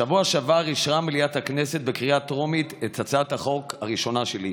בשבוע שעבר אישרה מליאת הכנסת בקריאה טרומית את הצעת החוק הראשונה שלי.